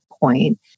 point